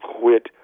quit